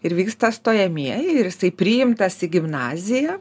ir vyksta stojamieji ir jisai priimtas į gimnaziją